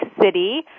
City